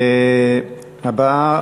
הבאה,